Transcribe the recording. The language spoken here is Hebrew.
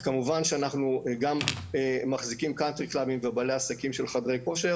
כמובן שאנחנו גם מחזיקים קאונטרי קלאבים ובעלי עסקים של חדרי כושר.